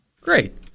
Great